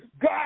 God